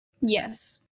yes